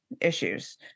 issues